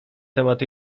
temat